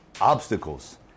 obstacles